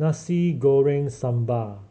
Nasi Goreng Sambal